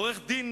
עורך-דין